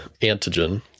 antigen